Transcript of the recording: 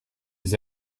des